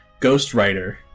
Ghostwriter